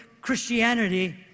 Christianity